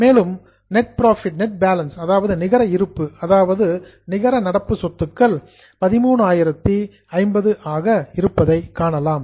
மேலும் net balance நிகர இருப்பு அதாவது நிகர நடப்பு சொத்துக்கள் 13050 ஆக இருப்பதை காண்கிறோம்